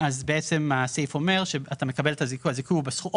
לעניין זה - אז בעצם הסעיף אומר שאתה מקבל את הזיכוי או